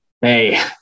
Hey